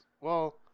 well-